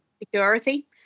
security